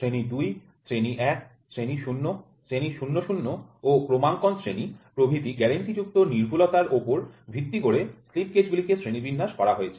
শ্রেণি ২ শ্রেণী ১ শ্রেণী ০ শ্রেণী ০০ ও ক্রমাঙ্কন শ্রেণী প্রভৃতি গ্যারান্টিযুক্ত নির্ভুলতার ওপর ভিত্তি করে স্লিপ গেজ গুলিকে শ্রেণীবিন্যাস করা হয়েছে